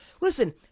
listen